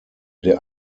der